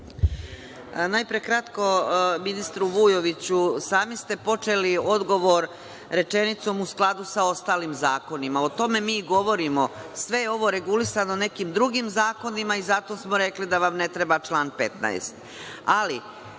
Najpre kratko ministru Vujoviću, sami ste počeli odgovor rečenicom „U skladu sa ostalim zakonima“. O tome mi i govorimo, sve je ovo regulisano nekim drugim zakonima i zato smo rekli da vam ne treba član 15.Što